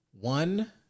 one